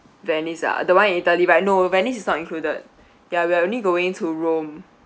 venice ah the one in italy right no venice is not included yeah we're only going to rome